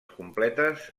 completes